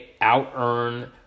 out-earn